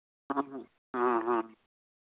ᱦᱮᱸ ᱦᱮᱸ ᱦᱮᱸ